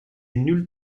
nulle